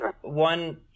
one